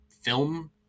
film